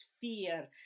fear